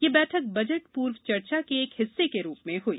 यह बैठक बजट पूर्व चर्चा के एक हिस्से के रूप में हुई